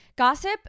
Gossip